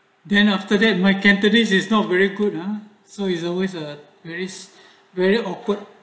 then after that my cantonese is not very good lah so it's always a very very awkward